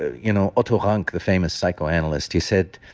you know otto rank the famous psychoanalyst, he said,